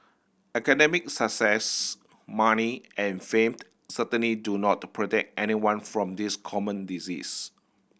academic success money and famed certainly do not protect anyone from this common disease